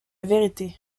vérité